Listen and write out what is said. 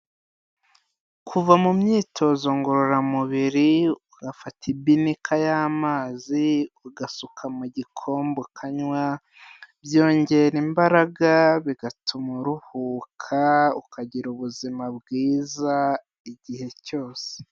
Kuva mu myitozo ngororamubiri, ugafata ibinika y'amazi ugasuka mu gikombe ukanywa, byongera imbaraga bigatuma uruhuka, ukagira ubuzima bwiza igihe cyose.